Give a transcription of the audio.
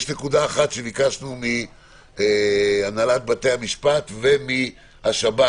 יש נקודה אחת שביקשנו מהנהלת בתי המשפט ומהשב"ס